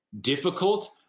difficult